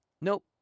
Nope